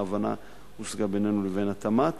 ההבנה הושגה בינינו לבין התמ"ת.